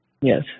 yes